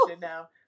now